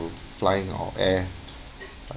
flying or air